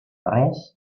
res